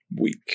week